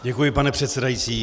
Děkuji, pane předsedající.